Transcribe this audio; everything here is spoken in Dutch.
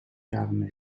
jaren